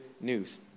news